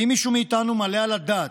האם מישהו מאיתנו מעלה על הדעת,